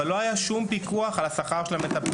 אבל לא היה שום פיקוח על השכר של המטפלות,